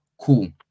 cool